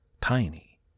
tiny